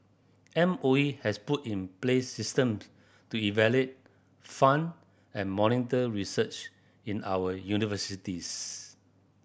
M O E has put in place systems to evaluate fund and monitor research in our universities